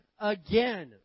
again